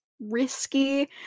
risky